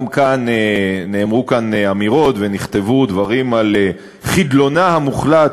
גם כאן נאמרו כאן אמירות ונכתבו דברים על חדלונה המוחלט,